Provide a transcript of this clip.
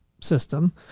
system